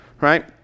Right